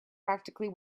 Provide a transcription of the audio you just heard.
practically